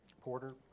Porter